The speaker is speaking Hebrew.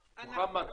מוחמד,